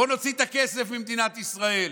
בואו נוציא את הכסף ממדינת ישראל.